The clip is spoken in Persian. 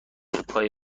پای